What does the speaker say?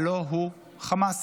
הלוא הוא חמאס.